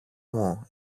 μου